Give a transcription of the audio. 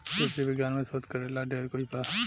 कृषि विज्ञान में शोध करेला ढेर कुछ बा